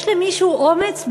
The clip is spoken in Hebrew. יש למישהו אומץ,